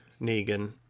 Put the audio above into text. negan